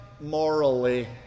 morally